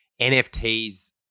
NFTs